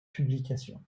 publication